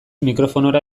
mikrofonora